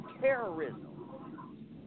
terrorism